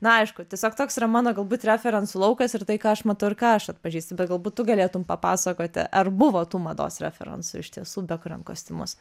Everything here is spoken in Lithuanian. na aišku tiesiog toks yra mano galbūt referencų laukas ir tai ką aš matau ir ką aš atpažįstu bet galbūt tu galėtum papasakoti ar buvo tų mados referencų iš tiesų bekuriant kostiumus